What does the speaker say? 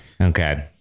Okay